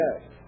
Yes